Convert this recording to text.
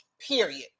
Period